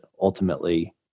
ultimately